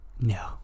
No